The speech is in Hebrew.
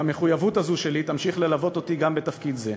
והמחויבות הזו שלי תמשיך ללוות אותי גם בתפקיד זה.